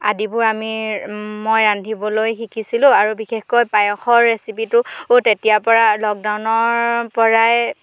আদিবোৰ আমি মই ৰান্ধিবলৈ শিকিছিলোঁ আৰু বিশেষকৈ পায়সৰ ৰেচিপিটো তেতিয়াৰ পৰা লকডাউনৰ পৰাই